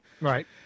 Right